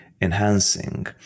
enhancing